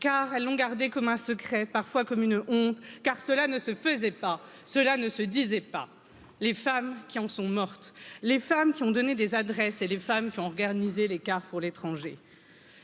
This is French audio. car elles l'ont gardé comme un secret, parfois comme une honte car cela ne se faisait pas, cela ne se disait pas les femmes qui en sont mortes, les femmes qui ont donné des adresses et les femmes qui ont organisé l'écart pour l'étranger.